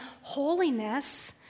holiness